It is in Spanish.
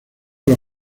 los